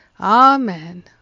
amen